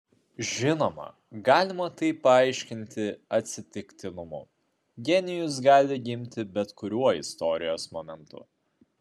žinoma galima tai paaiškinti atsitiktinumu genijus gali gimti bet kuriuo istorijos momentu